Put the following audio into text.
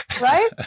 right